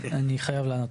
כן, אני חייב לענות.